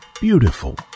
beautiful